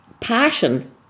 passion